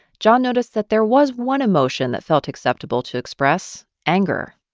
john noticed that there was one emotion that felt acceptable to express anger